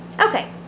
Okay